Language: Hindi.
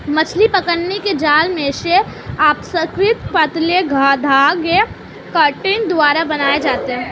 मछली पकड़ने के जाल मेशेस अपेक्षाकृत पतले धागे कंटिंग द्वारा बनाये जाते है